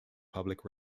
public